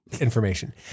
information